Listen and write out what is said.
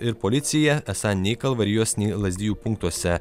ir policija esą nei kalvarijos nei lazdijų punktuose